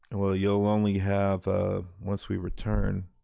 and well, you'll only have once we return,